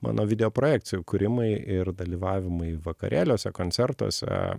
mano video projekcijų kūrimai ir dalyvavimai vakarėliuose koncertuose